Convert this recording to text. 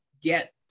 get